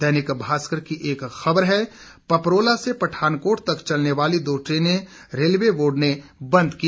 दैनिक भास्कर की एक खबर है पपरोला से पठानकोट तक चलने वाली दो ट्रेनें रेलवे बोर्ड ने बंद की